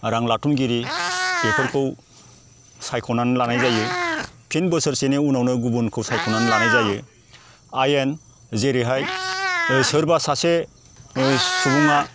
रां लाथुमगिरि बेफोरखौ सायख'नानै लानाय जायो फिन बोसोरसेनि उनावनो गुबुनखौ सायख'नानै लानाय जायो आयेन जेरैहाय ओ सोरबा सासे ओ सुबुङा